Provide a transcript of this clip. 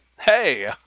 Hey